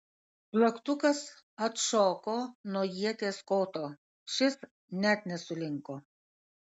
plaktukas atšoko nuo ieties koto šis net nesulinko